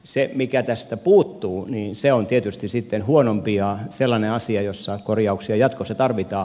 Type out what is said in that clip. se mikä tästä puuttuu on tietysti sitten huonompi ja sellainen asia jossa korjauksia jatkossa tarvitaan